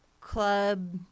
club